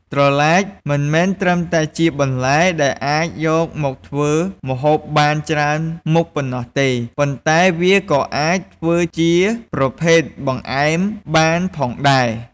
ត្រឡាចមិនមែនត្រឹមតែជាបន្លែដែលអាចយកមកធ្វើម្ហូបបានច្រើនមុខប៉ុណ្ណោះទេ ប៉ុន្តែវាក៏អាចធ្វើជាប្រភេទបង្អែមបានផងដែរ។